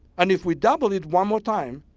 and if we double it one more time,